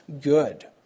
good